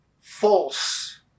false